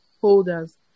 holders